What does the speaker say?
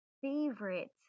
favorite